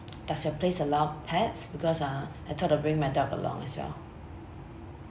does your place allow pets because uh I thought of bringing my dog along as well